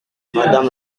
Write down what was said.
madame